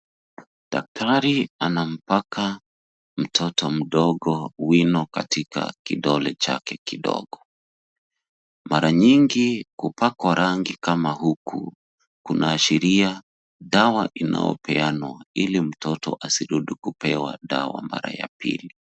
Daktari anampaka mtoto mdogo wino katika kidole chake kidogo . Mara nyingi kupakwa rangi kama huku kunaashiria dawa inayopeanwa ili mtoto asirudi kupewa dawa mara ya pili.